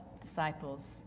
disciples